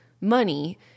money